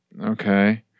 Okay